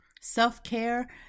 self-care